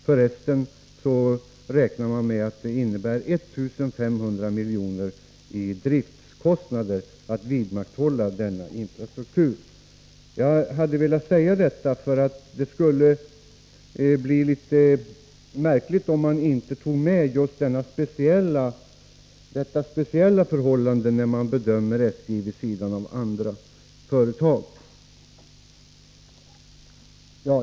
F. ö. räknar man med att det rör sig om 1 500 milj.kr. i driftkostnader att vidmakthålla denna infrastruktur. Jag har velat säga detta därför att det ju blir litet märkligt, om man inte tar med detta speciella förhållande när man bedömer SJ vid sidan av andra företag.